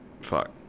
fuck